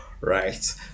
right